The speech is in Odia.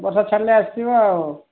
ବର୍ଷା ଛାଡ଼ିଲେ ଆସିବ ଆଉ